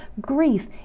grief